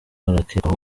arakekwaho